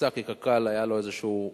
הופסק כי לקק"ל היו איזה עניינים